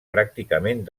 pràcticament